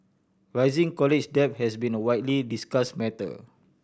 rising college debt has been a widely discuss matter